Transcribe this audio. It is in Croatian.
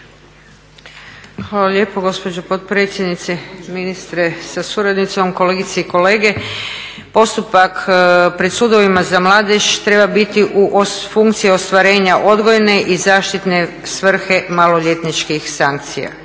Hvala lijepo gospođo potpredsjednice, ministre sa suradnicom, kolegice i kolege. Postupak pred sudovima za mladež treba biti u funkciji ostvarenja odgojne i zaštitne svrhe maloljetničkih sankcija.